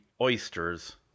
oysters